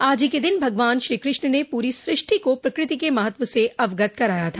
आज ही के दिन भगवान श्री कृष्ण ने पूरी सृष्टि को प्रकृति के महत्व से अवगत कराया था